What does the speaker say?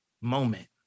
moment